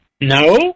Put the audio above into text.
no